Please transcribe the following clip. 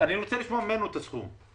רוצה לשמוע ממנו את הסכום.